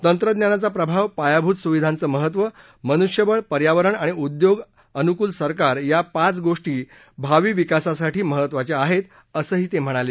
तंत्रज्ञानाचा प्रभाव पायाभूत सुविधेचं महत्त्व मनुष्यबळ पर्यावरण आणि उदयोग अनुकूल सरकार या पाच गोष्टी भावी विकासासाठी महत्त्वाच्या आहेत असंही ते म्हणाले